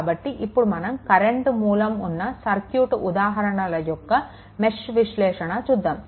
కాబట్టి ఇప్పుడు మనం కరెంట్ మూలం ఉన్న సర్క్యూట్ ఉదాహరణల యొక్క మెష్ విశ్లేషణ చూద్దాము